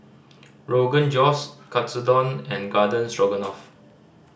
Rogan Josh Katsudon and Garden Stroganoff